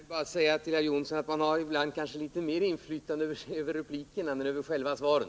Herr talman! Jag vill bara säga till herr Jonsson att man ibland kanske har mer inflytande över replikerna än över själva svaret.